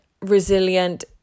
resilient